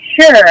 sure